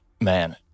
man